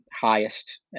highest